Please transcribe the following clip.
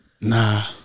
Nah